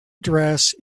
dress